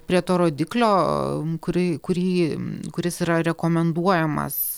prie to rodiklio kurį kurį kuris yra rekomenduojamas